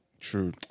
True